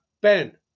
Ben